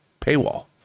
paywall